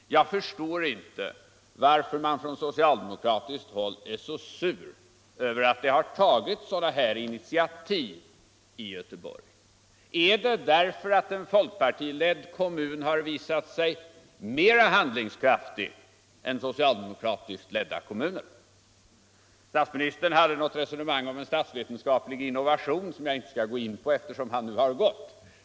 Jag förstår inte varför man från socialdemokratiskt håll är så sur över att det har tagits sådana här initiativ i Göteborg. Är det därför att en folkpartiledd kommun har visat sig mer handlingskraftig än socialdemokratiskt ledda kommuner? Statsministern förde ett resonemang om en statsvetenskaplig innovation, som jag inte skall gå in på, eftersom han inte är kvar här.